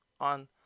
on